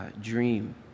dream